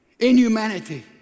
Inhumanity